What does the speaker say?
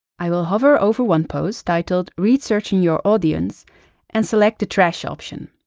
i will hover over one post titled researching your audience and select the trash option.